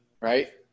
right